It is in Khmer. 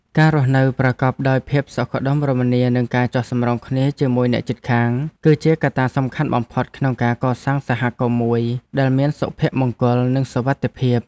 ការរស់នៅប្រកបដោយភាពសុខដុមរមនានិងការចុះសម្រុងគ្នាជាមួយអ្នកជិតខាង គឺជាកត្តាសំខាន់បំផុតក្នុងការកសាងសហគមន៍មួយដែលមានសុភមង្គលនិងសុវត្ថិភាព។